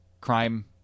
crime